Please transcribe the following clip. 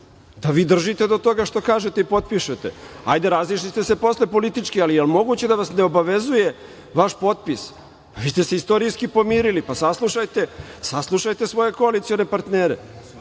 da vi držite do toga što kažete i potpišete. Ajde, razišli ste se posle politički, da li je moguće da vas ne obavezuje vaš potpis. Vi ste se istorijski pomirili, pa saslušajte svoje koalicione partnere.